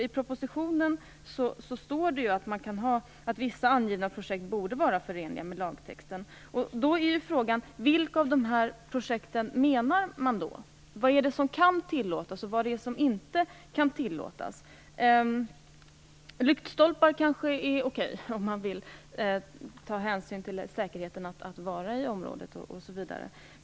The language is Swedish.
I propositionen står det ju att vissa angivna projekt borde vara förenliga med lagtexten. Frågan är: Vilka av de här projekten menar man då? Vad är det som kan tillåtas och vad är det som inte kan tillåtas? Lyktstolpar kanske är okej med hänsyn till säkerheten för dem som är i området.